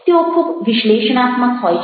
તેઓ ખૂબ વિશ્લેષણાત્મક હોય છે